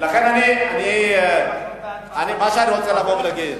מה שאני רוצה לבוא ולהגיד,